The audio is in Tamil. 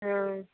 ஆ